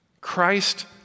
Christ